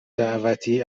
دعوتی